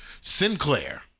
Sinclair